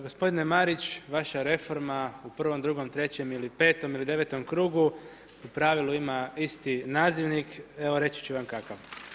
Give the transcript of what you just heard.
Gospodine Marić, vaša reforma u prvom, drugom, trećem ili petom ili devetom krugu u pravilu ima isti nazivnik, evo reći ću vam kakav.